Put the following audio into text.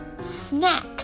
Snack